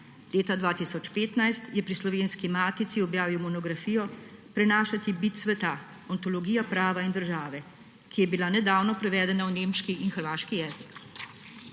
Leta 2015 je pri Slovenski matici objavil monografijo Prenašati bit sveta − ontologija prava in države, ki je bila nedavno prevedena v nemški in hrvaški jezik.